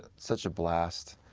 such a blast.